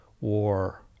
War